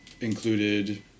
included